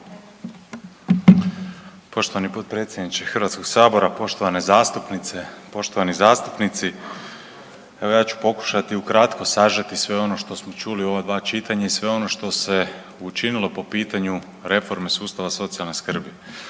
Poštovani potpredsjedniče HS-a, poštovane zastupnice, poštovani zastupnici. Evo ja ću pokušati ukratko sažeti sve ono što smo čuli u ova dva čitanja i sve ono što se učinilo po pitanju reforme socijalne skrbi.